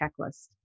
checklist